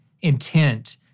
intent